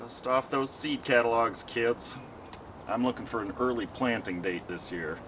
does stuff those seed catalogues kilts i'm looking for an early planting date this year